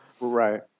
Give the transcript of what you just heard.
Right